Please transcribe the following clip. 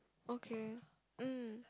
okay mm